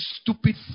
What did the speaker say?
stupid